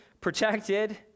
protected